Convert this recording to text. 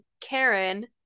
Karen